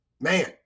Man